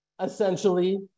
essentially